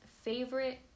favorite